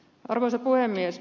arvoisa puhemies